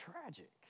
tragic